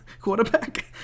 quarterback